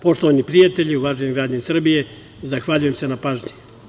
Poštovani prijatelji, uvaženi građani Srbije, zahvaljujem se na pažnji.